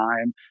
time